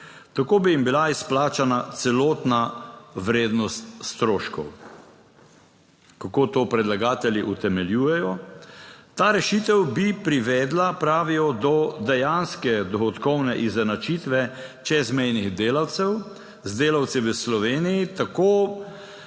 Tako bi jim bila izplačana celotna vrednost stroškov. Kako to predlagatelji utemeljujejo? Ta rešitev bi privedla, pravijo, do dejanske dohodkovne izenačitve čezmejnih delavcev z delavci v Sloveniji, tako